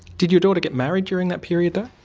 did your daughter get married during that period though?